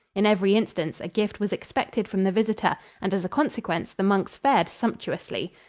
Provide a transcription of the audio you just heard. in every instance a gift was expected from the visitor, and as a consequence the monks fared sumptuously.